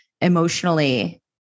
emotionally